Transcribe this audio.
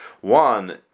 One